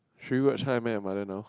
should we watch how i met your mother now